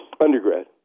Undergrad